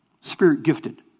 spirit-gifted